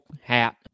hat